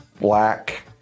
black